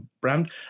brand